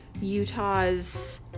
Utah's